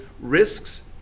risks